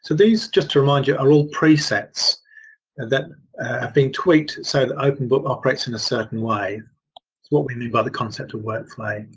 these, just to remind you are all presets that have been tweaked so that openbook operates in a certain way its what we mean by the concept of workflow.